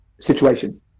situation